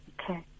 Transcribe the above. Okay